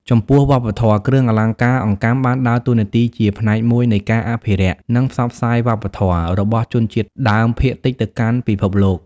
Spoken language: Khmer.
ចំពោះវប្បធម៌ គ្រឿងអលង្ការអង្កាំបានដើរតួនាទីជាផ្នែកមួយនៃការ អភិរក្ស និងផ្សព្វផ្សាយវប្បធម៌ របស់ជនជាតិដើមភាគតិចទៅកាន់ពិភពលោក។